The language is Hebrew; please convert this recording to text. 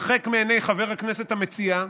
הרחק מעיני חבר הכנסת המציע.